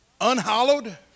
unhallowed